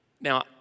Now